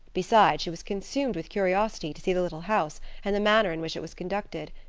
besides, she was consumed with curiosity to see the little house and the manner in which it was conducted.